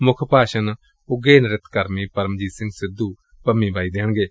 ਮੁੱਖ ਭਾਸ਼ਣ ਉਘੇ ਨ੍ਤਿਤ ਕਰਮੀ ਪਰਮਜੀਤ ਸਿੰਘ ਸਿੱਧੂ ਪੰਮੀ ਬਾਈ ਦੇਣਗੇ